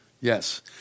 Yes